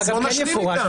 בואו נשלים איתם.